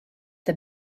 the